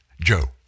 Joe